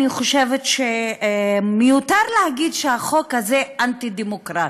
אני חושבת שמיותר להגיד שהחוק הזה אנטי-דמוקרטי.